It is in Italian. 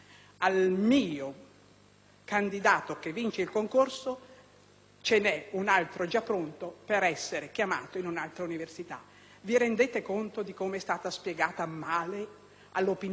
un candidato che vince il concorso ve n'è un altro già pronto per essere chiamato in un'altra università. Vi rendete conto di come è stata spiegata male all'opinione pubblica questa vicenda?